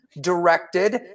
directed